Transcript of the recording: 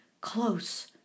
close